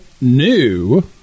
new